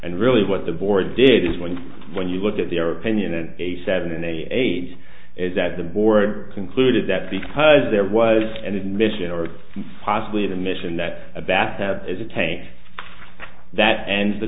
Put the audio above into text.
and really what the board did is when when you look at their opinion and a seven and eight is that the board concluded that because there was an admission or possibly the mission that a bath have to take that and the